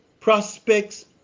prospects